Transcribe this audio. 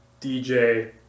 DJ